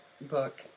book